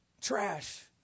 trash